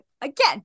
again